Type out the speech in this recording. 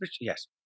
yes